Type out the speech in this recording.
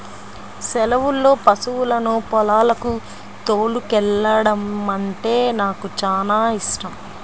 సెలవుల్లో పశువులను పొలాలకు తోలుకెల్లడమంటే నాకు చానా యిష్టం